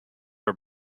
are